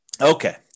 Okay